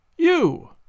You